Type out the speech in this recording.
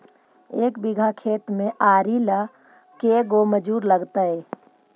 एक बिघा खेत में आरि ल के गो मजुर लगतै?